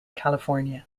california